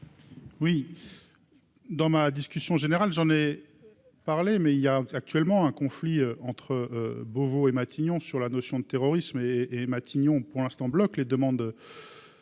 dans la discussion générale, il existe actuellement un conflit entre Beauvau et Matignon sur la notion de terrorisme. Matignon, pour l'instant, bloque les demandes